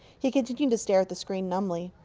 he continued to stare at the screen numbly.